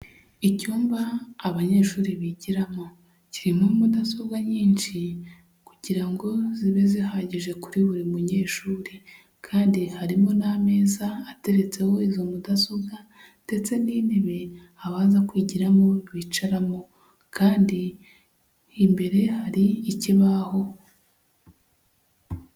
Icyumba abanyeshuri bigiramo kirimo mudasobwa nyinshi kugira ngo zibe zihagije kuri buri munyeshuri kandi harimo n'ameza ateretseho izo mudasobwa ndetse n'intebe abaza kwigiramo bicaramo kandi imbere hari ikibaho.